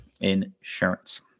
insurance